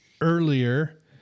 earlier